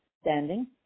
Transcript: standing